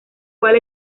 cual